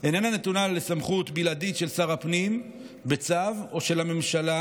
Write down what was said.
איננה נתונה לסמכות בלעדית של שר הפנים בצו או של הממשלה,